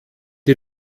die